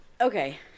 Okay